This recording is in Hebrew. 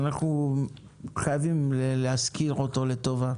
אנחנו חייבים להזכיר אותו לטובה.